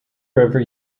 river